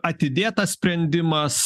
atidėtas sprendimas